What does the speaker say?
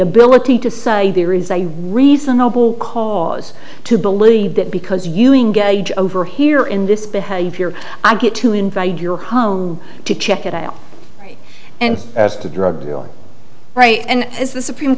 ability to say there is a reasonable cause to believe that because you engage over here in this behavior i get to invade your home to check it out and as to drugs right and is the supreme